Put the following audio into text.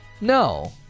no